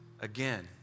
Again